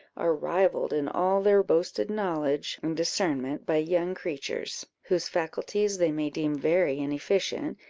are rivalled in all their boasted knowledge and discernment by young creatures, whose faculties they may deem very inefficient,